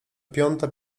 piąta